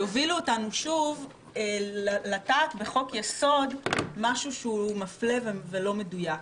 זה יוביל אותנו שוב לטעת בחוק יסוד משהו מפלה ולא מדויק.